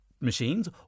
machines